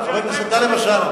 חבר הכנסת טלב אלסאנע,